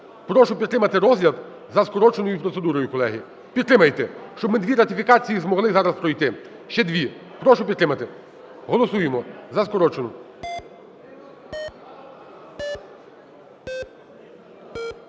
Прошу підтримати розгляд за скороченою процедурою, колеги. Підтримайте, щоб ми дві ратифікації змогли зараз пройти. Ще дві. Прошу підтримати. Голосуємо за скорочену.